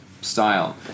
style